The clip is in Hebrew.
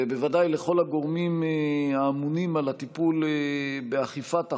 ובוודאי לכל הגורמים הממונים על הטיפול באכיפת החוק,